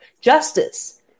justice